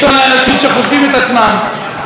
עיתון לאנשים שחושבים את עצמם,